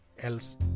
else